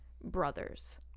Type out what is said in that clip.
brothers